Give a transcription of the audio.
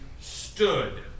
stood